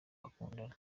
bakundana